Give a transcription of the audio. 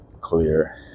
clear